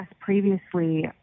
previously